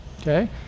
Okay